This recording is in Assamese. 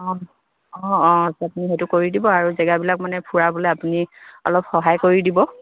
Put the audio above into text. অঁ অঁ অঁ আপুনি সেইটো কৰি দিব আৰু জেগাবিলাক মানে ফুৰা বোলে আপুনি অলপ সহায় কৰি দিব